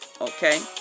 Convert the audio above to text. Okay